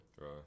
Right